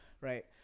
right